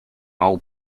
all